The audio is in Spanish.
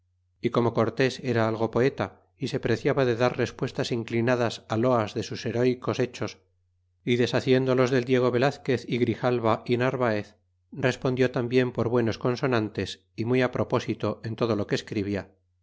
y como cortes era algo poeta y se preciaba de dar respuestas inclinadas loas de sus heróycos hechos y deshaciendo los del diego velazquez y grijalva y narvaez respondió tambien por buenos consonantes y muy apropósito en todo lo que escribia